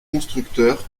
constructeur